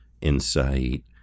insight